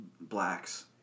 Blacks